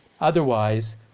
Otherwise